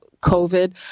covid